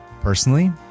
Personally